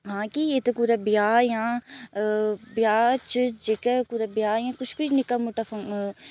हां कि इत्थें कुदै ब्याह् जां ब्याह् च जेह्के कुदै ब्याह् किश बी निक्का मुट्टा फ अ